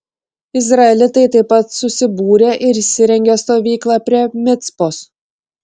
izraelitai taip pat susibūrė ir įsirengė stovyklą prie micpos